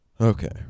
Okay